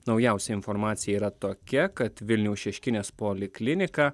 naujausia informacija yra tokia kad vilniaus šeškinės poliklinika